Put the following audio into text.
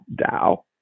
DAO